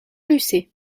lucé